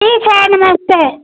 ठीक है नमस्ते